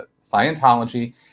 Scientology